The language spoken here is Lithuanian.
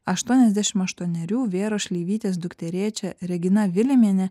aštuoniasdešim aštuonerių vėros šleivytės dukterėčia regina vilimienė